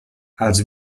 els